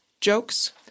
jokes